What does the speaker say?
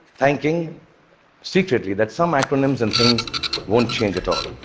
thanking secretly that some acronyms and things won't change at all.